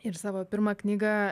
ir savo pirmą knygą